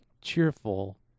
cheerful